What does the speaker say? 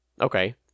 okay